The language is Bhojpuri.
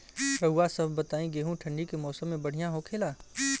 रउआ सभ बताई गेहूँ ठंडी के मौसम में बढ़ियां होखेला?